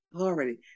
already